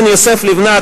בן יוסף לבנת,